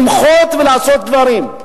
למחות ולעשות דברים.